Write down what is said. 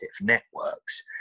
networks